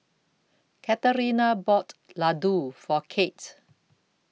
Katarina bought Ladoo For Kate